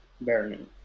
burning